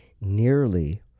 nearly